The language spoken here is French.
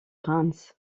reims